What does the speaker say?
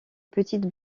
petite